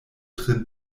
tre